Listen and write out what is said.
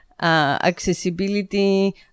accessibility